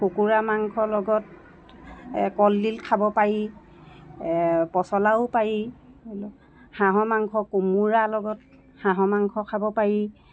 কুকুৰা মাংসৰ লগত এই কলদিল খাব পাৰি পচলাও পাৰি হাঁহৰ মাংখ কোমোৰাৰ লগত হাঁহৰ মাংখ খাব পাৰি